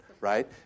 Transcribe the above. right